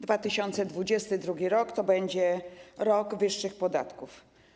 2022 r. to będzie rok wyższych podatków.